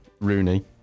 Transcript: Rooney